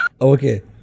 Okay